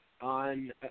on